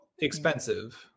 expensive